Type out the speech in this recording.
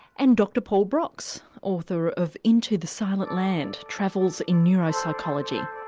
and dr paul broks, author of into the silent land travels in neuropsychology.